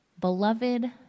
beloved